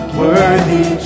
worthy